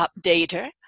updater